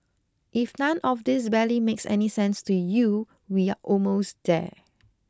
if none of this barely makes any sense to you we're almost there